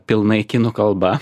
pilnai kinų kalba